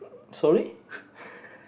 sorry